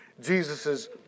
Jesus's